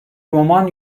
roman